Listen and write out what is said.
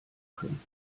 können